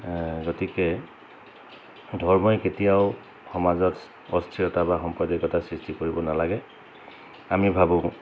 গতিকে ধৰ্মই কেতিয়াও সমাজত অস্থিৰতা বা সাম্প্ৰদায়িকতা সৃষ্টি কৰিব নালাগে আমি ভাবোঁ